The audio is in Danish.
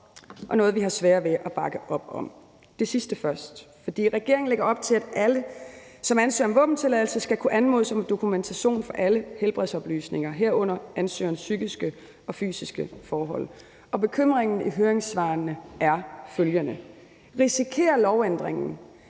og noget, vi har sværere ved at bakke op om. Det sidste først: For regeringen lægger op til, at alle, som ansøger om våbentilladelse, skal kunne anmodes om dokumentation for alle helbredsoplysninger, herunder ansøgerens psykiske og fysiske forhold. Og bekymringen i høringssvarene er følgende: Risikerer lovændringen